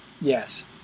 Yes